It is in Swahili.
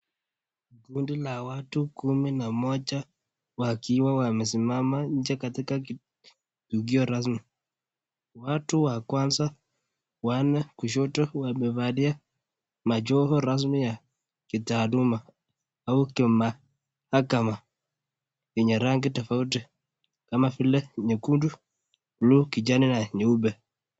Kundi la watu kumi na moja wakiwa wamesimama nje katika kituo rasmi. Watu wa kwanza wanne kushoto wamevalia majoho rasmi ya kitaaluma au kimahakama yenye rangi tofauti kama vile nyekundu, buluu, kijani na nyeupe.